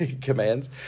commands